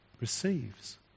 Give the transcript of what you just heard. receives